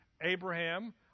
Abraham